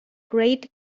great